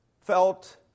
felt